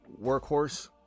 workhorse